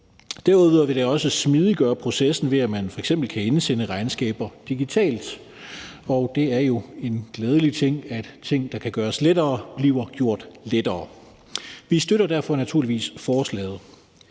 Derudover vil det også smidiggøre processen, ved at man f.eks. kan indsende regnskaber digitalt, og det er jo en glædelig ting, at ting, der kan gøres lettere, bliver gjort lettere. Vi støtter derfor naturligvis forslaget,